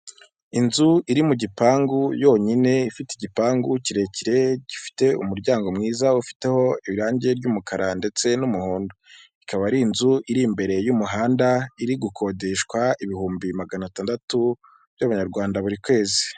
Inzu iri mu gipangu yonyine ifite igipangu kirekire gifite umuryango mwiza ufiteho irangi ry'umukara ndetse n'umuhondo, ikaba ari inzu iri imbere y'umuhanda iri gukodeshwa ibihumbi magana atandatu by'abanyarwanda buri kwezi.